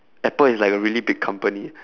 apple is like a really big company